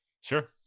Sure